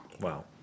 Wow